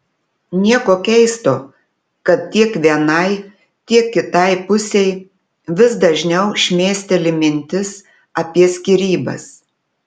nieko keisto kad tiek vienai tiek kitai pusei vis dažniau šmėsteli mintis apie skyrybas